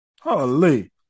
Holy